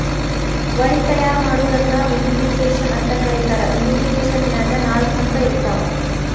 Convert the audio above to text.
wine ತಯಾರ್ ಮಾಡೋದನ್ನ vinification ಅಂತ ಕರೇತಾರ, ವಿನಿಫಿಕೇಷನ್ನ್ಯಾಗ ನಾಲ್ಕ ಹಂತ ಇರ್ತಾವ